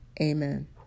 amen